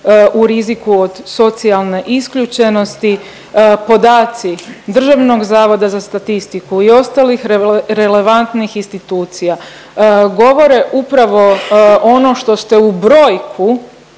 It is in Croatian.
u riziku od socijalne isključenosti, podaci DZS i ostalih relevantnih institucija govore upravo ono što ste u brojku